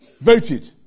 voted